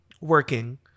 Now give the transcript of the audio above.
working